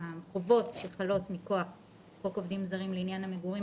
שהחובות שחלות מכוח חוק עובדים זרים לעניין המגורים